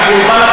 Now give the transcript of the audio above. אתה מבולבל,